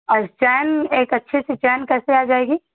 और चैन एक अच्छी सी चैन कैसे आ जाएगी